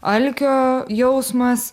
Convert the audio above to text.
alkio jausmas